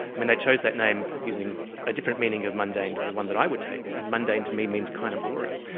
and they chose that name using a different meaning of mundane to the one that i would take, and mundane to me means kind of boring.